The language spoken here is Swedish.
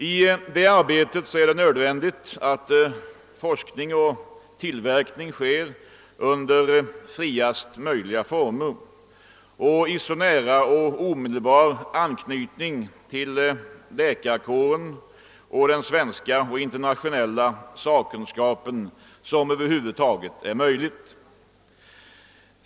I det arbetet är det nödvändigt att forskning och tillverkning sker under friast möjliga former och i så nära och omedelbar anknytning till läkarkåren och den svenska och internationella sakkunskapen som över huvud taget är möjligt.